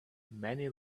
many